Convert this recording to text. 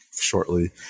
shortly